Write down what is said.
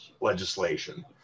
legislation